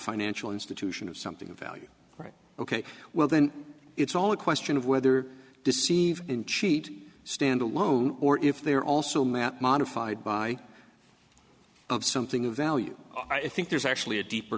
financial institution of something of value right ok well then it's all a question of whether deceived in cheat stand alone or if they are also met modified by of something of value i think there's actually a deeper